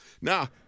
Now